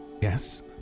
Yes